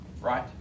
right